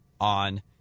on